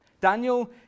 Daniel